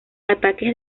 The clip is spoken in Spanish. ataques